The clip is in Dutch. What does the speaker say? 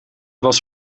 was